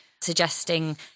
suggesting